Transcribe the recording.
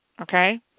Okay